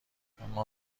اما